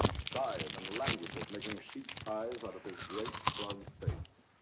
sighs and languishes, making sheep's eyes out of his great frog's face.